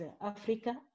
Africa